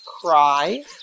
cry